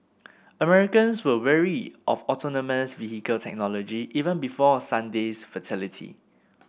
Americans were wary of autonomous vehicle technology even before Sunday's fatality